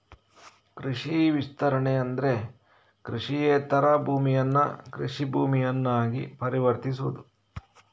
ಕೃಷಿ ವಿಸ್ತರಣೆ ಅಂದ್ರೆ ಕೃಷಿಯೇತರ ಭೂಮಿಯನ್ನ ಕೃಷಿ ಭೂಮಿಯನ್ನಾಗಿ ಪರಿವರ್ತಿಸುವುದು